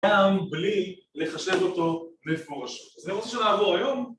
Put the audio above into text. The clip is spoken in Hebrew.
גם בלי לחשב אותו מפורשות. אז אני רוצה שנעבור היום